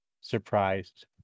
surprised